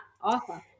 awesome